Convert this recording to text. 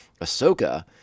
Ahsoka